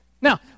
Now